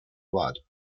blood